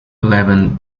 eleven